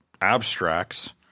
abstracts